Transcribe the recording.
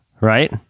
right